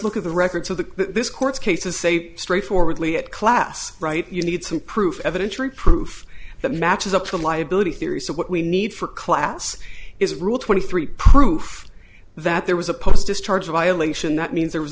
look at the records of the this court's cases say straightforwardly at class right you need some proof evidence reproof that matches up to liability theory so what we need for class is rule twenty three proof that there was a post discharge a violation that means there was